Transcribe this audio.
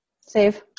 save